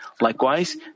likewise